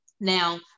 Now